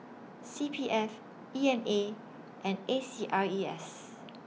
C P F E M A and A C R E S